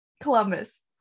Columbus